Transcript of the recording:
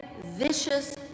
vicious